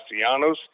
Castellanos